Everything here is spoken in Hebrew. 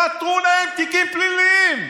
פתחו להן תיקים פליליים.